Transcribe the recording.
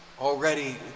already